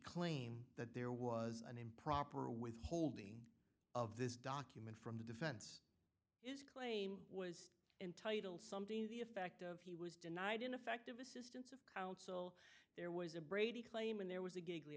claim that there was an improper withholding of this document from the defense is claim was entitled something to the effect of he was denied ineffective assistance of counsel there was a brady claim and there was a g